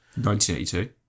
1982